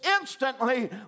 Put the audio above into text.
instantly